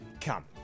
Come